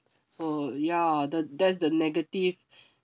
so ya the that's the negative